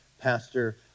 Pastor